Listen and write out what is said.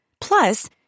Plus